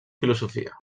filosofia